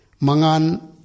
Mangan